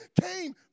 came